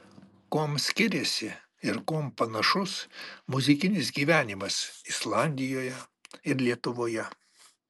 kuom skiriasi ir kuom panašus muzikinis gyvenimas islandijoje ir lietuvoje